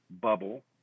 bubble –